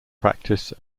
practice